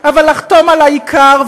אבל לחתום על העיקר,